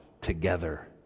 together